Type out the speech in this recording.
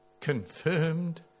confirmed